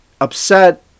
upset